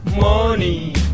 money